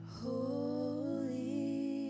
holy